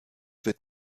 wird